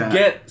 get